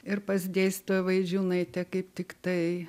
ir pas dėstytoją vaidžiūnaitę kaip tiktai